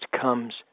comes